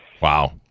Wow